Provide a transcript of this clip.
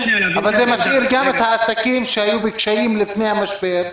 אבל זה משאיר גם את העסקים שהיו בקשיים לפני המשבר.